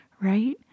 Right